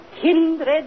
kindred